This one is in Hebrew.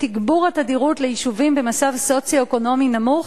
ותגבור התדירות ליישובים במצב סוציו-אקונומי נמוך